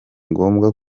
ngombwa